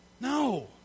No